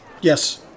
Yes